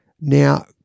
Now